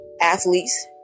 athletes